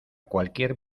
cualquier